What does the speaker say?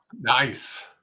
Nice